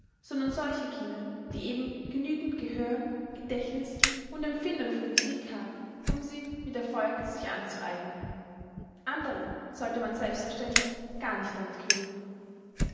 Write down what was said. sondern solche kinder die eben genügend gehör gedächtniß und empfindung für musik haben um sie mit erfolg sich anzueignen andere sollte man selbstverständlich gar nicht damit quälen